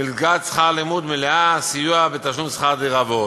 מלגת שכר סטודנט מלאה, סיוע בתשלום שכר דירה ועוד.